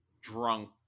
drunk